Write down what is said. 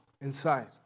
inside